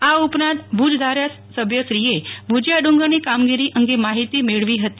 આ ઉપરાંત ભુજ ધારાસભ્યશ્રીએ ભુજિયા ડુંગરની કામગીરી અંગે માહિતી મેળવી હતી